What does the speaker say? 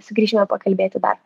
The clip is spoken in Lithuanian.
sugrįšime pakalbėti dar